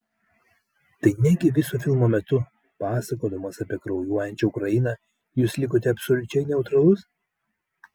tai negi viso filmo metu pasakodamas apie kraujuojančią ukrainą jūs likote absoliučiai neutralus